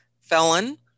felon